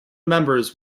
members